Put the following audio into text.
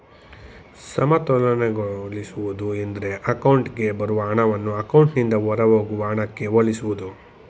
ಸಮತೋಲನಗೊಳಿಸುವುದು ಎಂದ್ರೆ ಅಕೌಂಟ್ಗೆ ಬರುವ ಹಣವನ್ನ ಅಕೌಂಟ್ನಿಂದ ಹೊರಹೋಗುವ ಹಣಕ್ಕೆ ಹೋಲಿಸುವುದು